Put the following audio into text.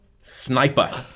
Sniper